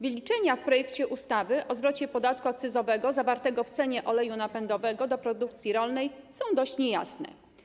Wyliczenia w projekcie ustawy o zwrocie podatku akcyzowego zawartego w cenie oleju napędowego do produkcji rolnej są dość niejasne.